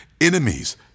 enemies